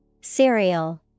Cereal